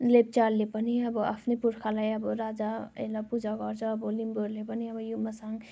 लेप्चाहरूले पनि अब आफ्नो पुर्खाहरूलाई अब राजाहरूलाई पूजा गर्छ अब लिम्बूहरूले पनि युमासाङ